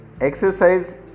exercise